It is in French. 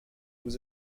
vous